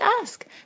ask